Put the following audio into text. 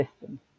system